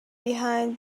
behind